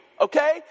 okay